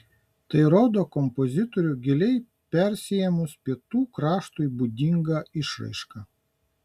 tai rodo kompozitorių giliai persiėmus pietų kraštui būdinga išraiška